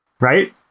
right